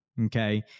Okay